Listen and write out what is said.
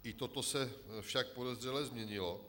I toto se však podezřele změnilo.